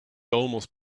almost